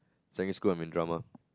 secondary school I'm in drama